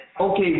Okay